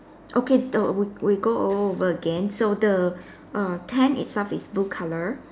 okay the we we go all over again so the err tent itself is blue color